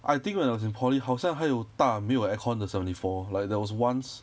I think when I was in poly 好像还有搭没有 aircon 的 seventy four like there was once